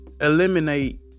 eliminate